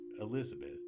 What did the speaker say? Elizabeth